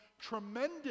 tremendous